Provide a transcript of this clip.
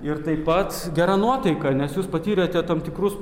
ir taip pat gera nuotaika nes jūs patyrėte tam tikrus